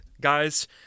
guys